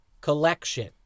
collection